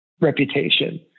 reputation